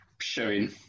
Showing